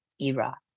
era